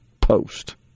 post